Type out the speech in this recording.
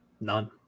None